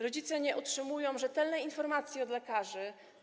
Rodzice nie otrzymują rzetelnej informacji od lekarzy.